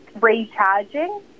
recharging